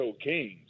Kings